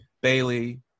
Bailey